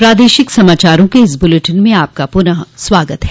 प्रादेशिक समाचारों के इस बुलेटिन में आपका फिर से स्वागत है